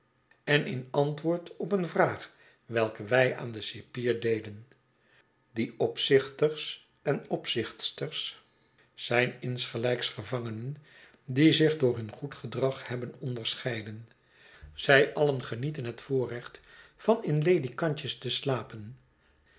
en in antwoord op een vraag welke wij aan den cipier deden die opzichters en opzichtsters zijn insgelijks gevangenen die zich door hun goed gedrag hebben onderscheiden zij alleen genieten het voorrecht van in ledikantjes te slapen